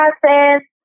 process